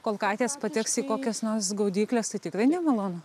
kol katės pateks į kokias nors gaudykles tai tikrai nemalonu